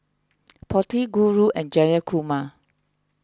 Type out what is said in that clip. Potti Guru and Jayakumar